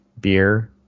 beer